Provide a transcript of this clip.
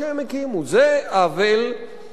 זה עוול משווע,